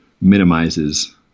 minimizes